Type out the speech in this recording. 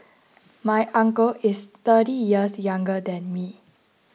my uncle is thirty years younger than me